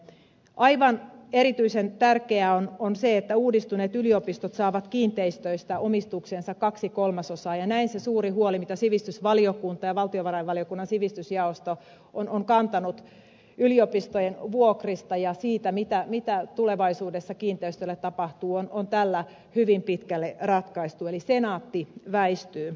aivan erityisen tärkeää on se että uudistuneet yliopistot saavat kiinteistöistä omistukseensa kaksi kolmasosaa ja näin se suuri huoli mitä sivistysvaliokunta ja valtiovarainvaliokunnan sivistysjaosto ovat kantaneet yliopistojen vuokrista ja siitä mitä tulevaisuudessa kiinteistöille tapahtuu on tällä hyvin pitkälle ratkaistu eli senaatti väistyy